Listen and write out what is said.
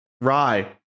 Rye